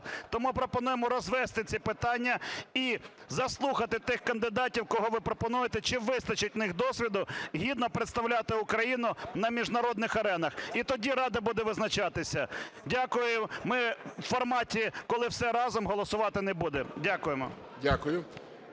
То ми пропонуємо розвести ці питання і заслухати тих кандидатів, кого ви пропонуєте, чи вистачить в них досвіду гідно представляти Україну на міжнародних аренах, і тоді Рада буде визначатися. Дякую. Ми в форматі, коли все разом, голосувати не будемо. Дякуємо.